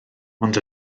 ond